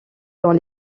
dans